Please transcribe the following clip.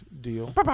deal